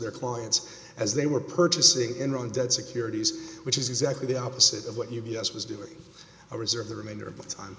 their clients as they were purchasing enron debt securities which is exactly the opposite of what u b s was doing a reserve the remainder of t